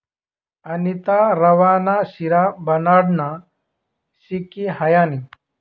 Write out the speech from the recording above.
अनीता रवा ना शिरा बनाडानं शिकी हायनी